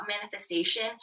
manifestation